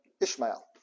Ishmael